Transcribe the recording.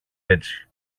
έτσι